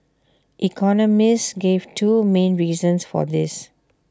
economists gave two main reasons for this